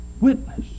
Witness